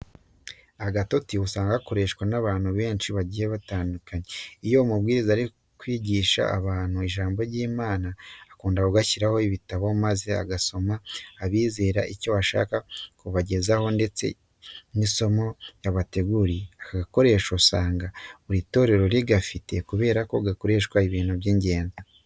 Agatuti usanga gakoreshwa n'abantu benshi bagiye batandukanye. Iyo umubwiriza ari kwigisha abantu ijambo ry'Imana, akunda kugashyiraho ibitabo maze agasomera abizera icyo ashaka kubagezaho ndetse n'isomo yabateguriye. Aka gakoresho usanga buri torero rigafite kubera ko gakoreshwa ibintu by'ingenzi.